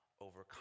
overcome